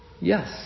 Yes